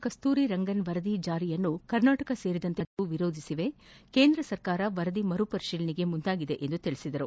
ಕಸ್ತೂರಿ ರಂಗನ್ ವರದಿ ಜಾರಿಯನ್ನು ಕರ್ನಾಟಕ ಸೇರಿದಂತೆ ಆರು ರಾಜ್ಯಗಳು ವಿರೋಧಿಸಿದ್ದು ಕೇಂದ್ರ ಸರ್ಕಾರ ವರದಿ ಮರು ಪರಿಶೀಲನೆಗೆ ಮುಂದಾಗಿದೆ ಎಂದು ತಿಳಿಸಿದರು